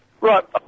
Right